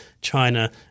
China